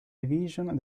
division